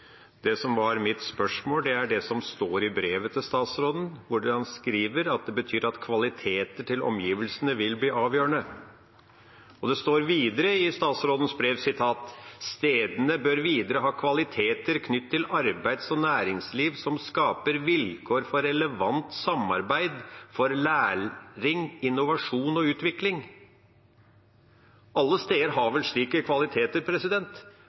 Det som var mitt spørsmål, går på det som står i brevet til statsråden, hvor han skriver at det betyr at «kvalitetene til omgivelsene vil bli avgjørende». Og det står videre i statsrådens brev: «Stedene bør videre ha kvaliteter knyttet til arbeids- og næringsliv som skaper vilkår for relevante samarbeid for læring, innovasjon og utvikling.» Alle steder har vel slike kvaliteter